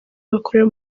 bakorera